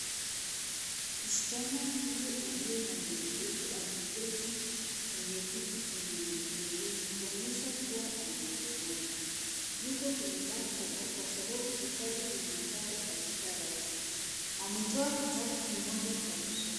Msichana huyu aliye na nywele ndefu, ameketi kwenye kiti chenye magurudumu kuonyesha kuwa ana ulemavu. Yuko kwenye maktaba, kwa sababu vitabu vimepangwa katika rafu. Ametoa kitabu kimoja cha kusoma.